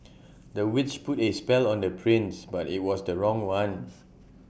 the witch put A spell on the prince but IT was the wrong one